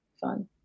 fun